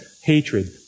hatred